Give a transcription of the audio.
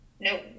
No